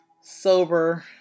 sober